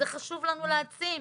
זה חשוב לנו להעצים,